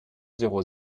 zéro